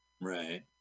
Right